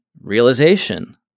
realization